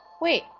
wait